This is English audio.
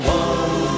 one